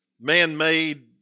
man-made